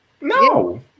No